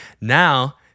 Now